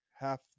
Half